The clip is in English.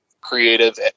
creative